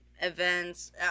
events